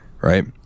right